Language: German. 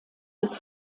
des